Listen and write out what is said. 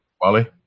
Wally